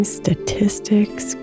statistics